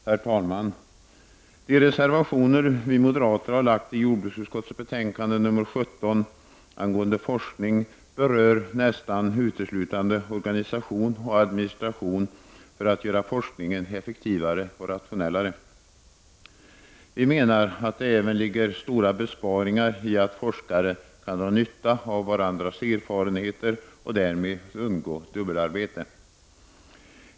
Herr talman! De reservationer vi moderater har fogat till jordbruksutskottets betänkande nr 17 angående forskning berör nästan uteslutande organisation och administration för att göra forskningen effektivare och rationellare. Vi menar att det även ligger stora besparingar i att forskare kan dra nytta av varandras erfarenheter och därmed undgå dubbelarbete.